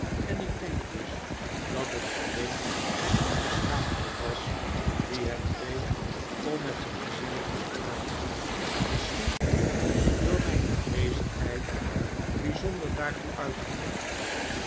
en ik denk dus dat het alleen zijn onbeschaamdheid was die hem dreef om met zijn zege te pralen misschien door mijn aanwezigheid bijzonder daartoe uitgeiokt